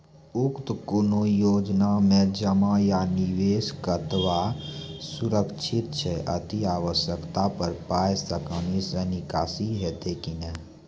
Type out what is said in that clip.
उक्त कुनू योजना मे जमा या निवेश कतवा सुरक्षित छै? अति आवश्यकता पर पाय आसानी सॅ निकासी हेतै की नै?